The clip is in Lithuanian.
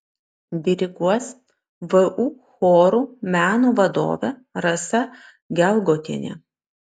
diriguos vu chorų meno vadovė rasa gelgotienė